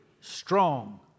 strong